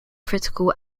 critical